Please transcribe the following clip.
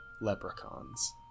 leprechauns